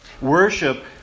Worship